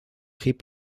hip